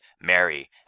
Mary